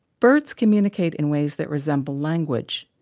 birds communicate in ways that resemble language,